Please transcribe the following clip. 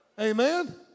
Amen